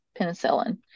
penicillin